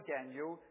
Daniel